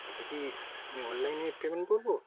এটা কি আমি অনলাইনে পেমেন্ট করব